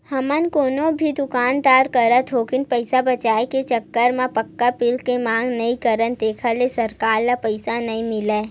हमन कोनो भी दुकानदार करा थोकिन पइसा बचाए के चक्कर म पक्का बिल के मांग नइ करन जेखर ले सरकार ल पइसा नइ मिलय